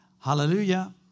Hallelujah